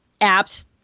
apps